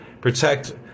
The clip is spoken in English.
protect